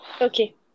Okay